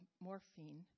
morphine